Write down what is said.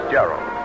Gerald